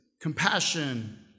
compassion